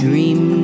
Dream